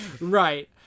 Right